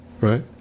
Right